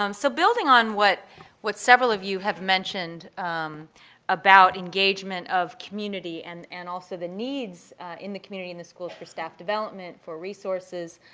um so building on what what several of you have mentioned about engagement of community and and also the needs in the community and the schools for staff development, for resources,